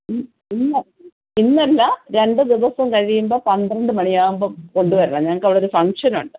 ഇല്ല ഇന്നല്ല രണ്ടുദിവസം കഴിയുമ്പം പന്ത്രണ്ട് മണിയാവുമ്പം കൊണ്ടുവരണം ഞങ്ങൾക്ക് അവിടെയൊരു ഫംഗ്ഷനുണ്ട്